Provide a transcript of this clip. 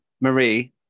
Marie